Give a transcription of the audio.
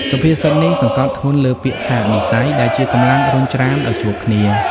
សុភាសិតនេះសង្កត់ធ្ងន់លើពាក្យថា «និស្ស័យ» ដែលជាកម្លាំងរុញច្រានឱ្យជួបគ្នា។